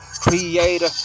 creator